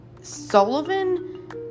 Sullivan